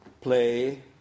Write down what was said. play